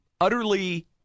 utterly